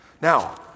Now